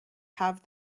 have